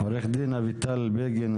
עורכת הדין אביטל בגין,